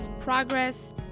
progress